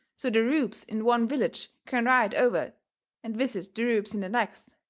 so the rubes in one village can ride over and visit the rubes in the next.